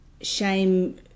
shame